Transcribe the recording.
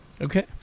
Okay